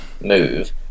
move